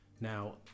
now